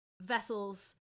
vessels